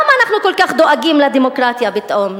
למה אנחנו כל כך דואגים לדמוקרטיה פתאום,